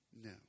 No